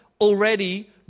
already